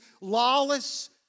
lawless